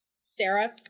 Sarah